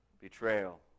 betrayal